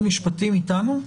כן,